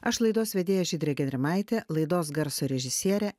aš laidos vedėja žydrė gedrimaitė laidos garso režisierė